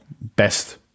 best